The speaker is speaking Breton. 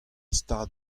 stad